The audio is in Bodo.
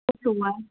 दङ ना